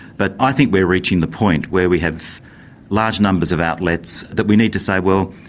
but i think we're reaching the point where we have large numbers of outlets that we need to say, well,